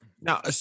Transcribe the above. now